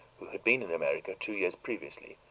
who had been in america two years previously,